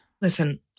Listen